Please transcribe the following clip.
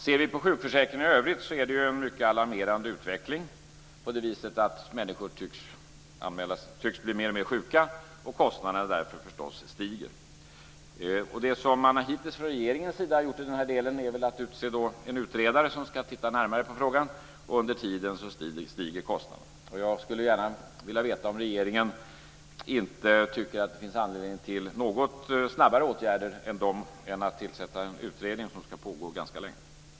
Ser vi på sjukförsäkringarna i övrigt är det en mycket alarmerande utveckling på det viset att människor tycks bli mer och mer sjuka och kostnaderna därför förstås stiger. Det som regeringen hittills har gjort i den här delen är att utse en utredare som ska titta närmare på frågan, och under tiden stiger kostnaderna. Jag skulle gärna vilja veta om regeringen inte tycker att det finns anledning till något snabbare åtgärder än att tillsätta en utredning som ska pågå ganska länge.